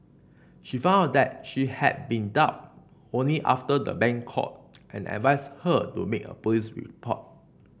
she found out she had been duped only after the bank called and advised her to make a police report